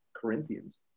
corinthians